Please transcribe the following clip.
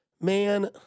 Man